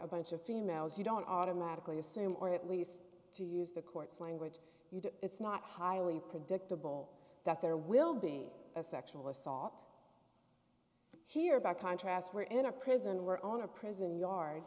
a bunch of females you don't automatically assume or at least to use the courts language it's not highly predictable that there will be a sexual assault here by contrast where in a prison were own a prison yard